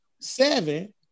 seven